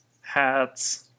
hats